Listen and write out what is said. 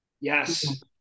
Yes